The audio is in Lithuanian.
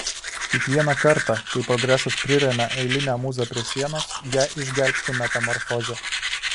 kiekvieną kartą kai progresas priremia eilinę mūzą prie sienos ją išgelbsti metamorfozė